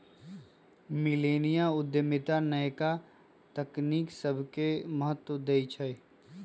मिलेनिया उद्यमिता नयका तकनी सभके महत्व देइ छइ